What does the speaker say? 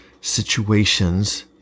situations